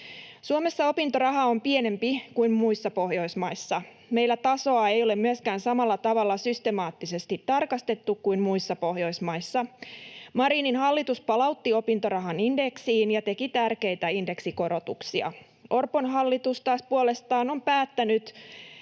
Suomessa opintoraha on pienempi kuin muissa Pohjoismaissa. Meillä tasoa ei ole myöskään samalla tavalla systemaattisesti tarkastettu kuin muissa Pohjoismaissa. Marinin hallitus palautti opintorahan indeksiin ja teki tärkeitä indeksikorotuksia. Orpon hallitus taas puolestaan on päättänyt,